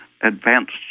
advanced